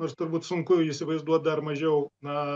nors turbūt sunku įsivaizduot dar mažiau na